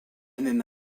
même